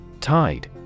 Tide